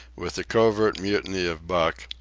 with the covert mutiny of buck,